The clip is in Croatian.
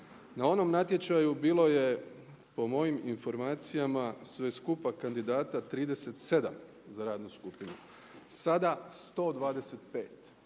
na onom natječaju bilo je po mojim informacijama sve skupa kandidata 37 za radnu skupinu, sada 125.